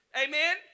Amen